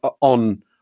on